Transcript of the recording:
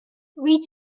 read